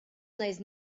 naiz